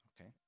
Okay